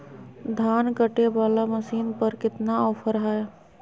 धान कटे बाला मसीन पर कितना ऑफर हाय?